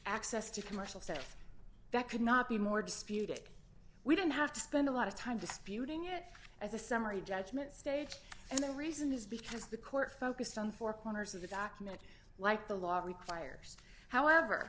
access to commercial stuff that could not be more disputed we don't have to spend a lot of time disputing it as a summary judgment stage and the reason is because the court focused on four corners of the document like the law requires however